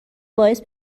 باعث